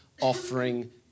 offering